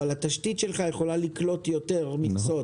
אבל התשתית שלך יכולה לקלוט יותר מכסות.